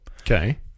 Okay